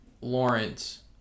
Lawrence